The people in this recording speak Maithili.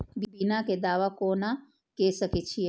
बीमा के दावा कोना के सके छिऐ?